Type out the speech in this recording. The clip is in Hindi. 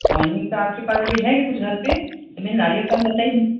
टॉनिक आपके पास है अभी है क्या कुछ घर पर मैं नारियल पानी बताई हूँ